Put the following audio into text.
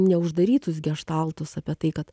neuždarytus geštaltus apie tai kad